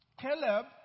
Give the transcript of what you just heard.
Caleb